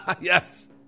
Yes